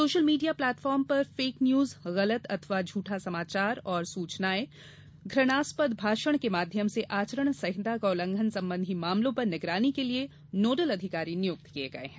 social media platform पर fake news गलत अथवा झूठा समाचार एवं सूचनाएँ घूणास्पद भाषण के माध्यम से आचरण संहिता का उल्लंघन संबंधी मामलों पर निगरानी के लिये नोडल अधिकारी नियुक्त किये गये हैं